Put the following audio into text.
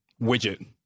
widget